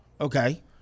Okay